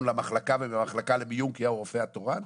למחלקה וממחלקה למיון כי הוא הרופא התורן?